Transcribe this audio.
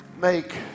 Make